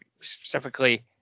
specifically